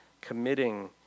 committing